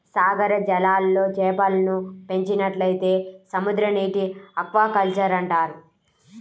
సాగర జలాల్లో చేపలను పెంచినట్లయితే సముద్రనీటి ఆక్వాకల్చర్ అంటారు